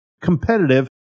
competitive